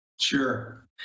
sure